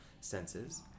senses